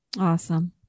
Awesome